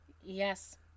Yes